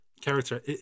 character